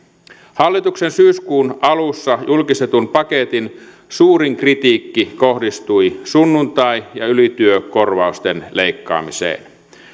hallituksen syyskuun alussa julkistetun paketin suurin kritiikki kohdistui sunnuntai ja ylityökorvausten leikkaamiseen